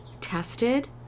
tested